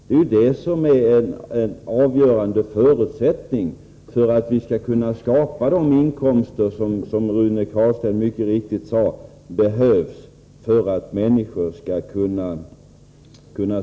Det senare är ju en avgörande förutsättning för att man skall kunna skapa de inkomster som Rune Carlstein mycket riktigt sade behövs för att människor skall kunna spara.